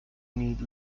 need